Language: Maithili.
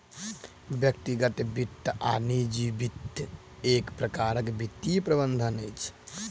व्यक्तिगत वित्त वा निजी वित्त एक प्रकारक वित्तीय प्रबंधन अछि